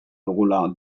dugula